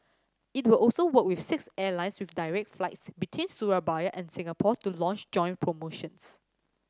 it will also work with six airlines with direct flights between Surabaya and Singapore to launch joint promotions